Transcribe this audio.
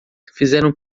fizeram